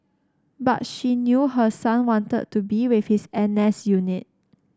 but she knew her son wanted to be with his N S unit